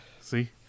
see